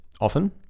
often